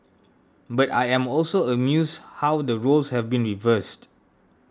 but I am also amused how the roles have been reversed